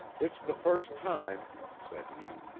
it's the first time, said he,